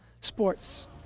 sports